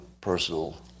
personal